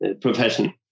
profession